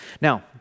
now